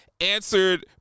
answered